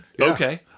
Okay